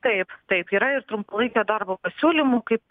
taip taip yra ir trumpalaikio darbo pasiūlymų kaip